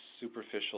superficial